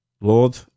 Lord